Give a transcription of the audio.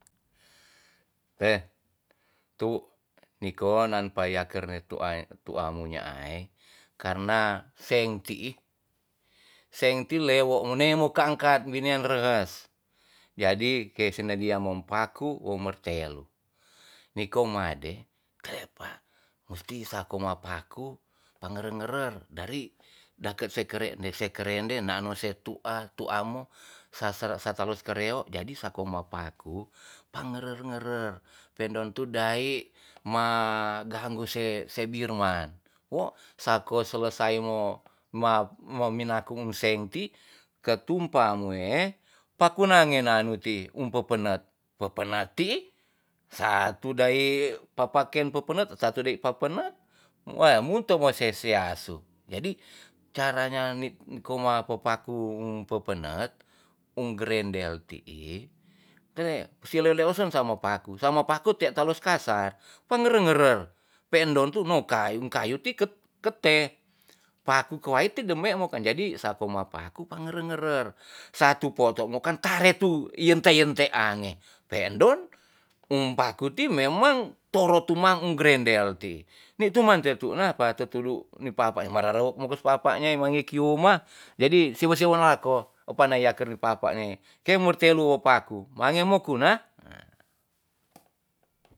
Te tu niko nan payaker ne tu ai tu'a mu nyaai karna seng ti'i seng ti lewo nemo ne ka angkat minen reres jadi ke se na dia mom paku wo martelu niko made ke lel pa musti sako ma paku pa ngerer ngerer dari daket sekere kerende na no se tu'a tu'a mo sa sere sata los ka reo jadi sako ma paku pa ngerer ngerer pe'ndon tu dai ma ganggu se se birman wo sako selesai mo ma me minakum seng ti ketumpa mue paku nange nanu ti um pepenet pepenet ti'i satu dai papaken pepenet satu dai pepenet e mun te we se si asu jadi caranya ni koma po paku pepenet um grendel ti'i tleh si lele osen sama paku sama paku te' los kasar pengerer ngerer pe'ndon tu no kayu ti ke'te paku kowait ti de me mokan jadi sako mo paku pangerer panger satu poto mokan kare tu yente yente an nge pe'ndon um paku ti memang toro tu mang grendel ti ni tu man te tu na tetudu ni paapa ma rero mo ges paapa nyai mange ki uma jadi siwe siwen lako pa na yaker paapa ne ke mertelu wo paku mangemo kuna